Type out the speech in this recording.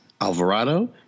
Alvarado